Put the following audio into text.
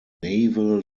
naval